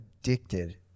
addicted